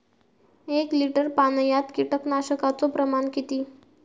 एक लिटर पाणयात कीटकनाशकाचो प्रमाण किती?